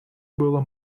было